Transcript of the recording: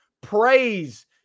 praise